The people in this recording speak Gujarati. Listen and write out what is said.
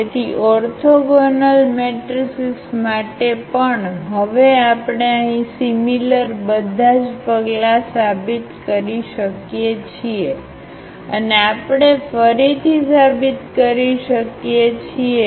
તેથી ઓર્થોગોનલ મેટ્રિસીસ માટે પણ હવે આપણે અહીં સિમિલર બધા જ પગલાં સાબિત કરી શકીએ છીએ અને આપણે ફરીથી સાબિત કરી શકીએ છીએ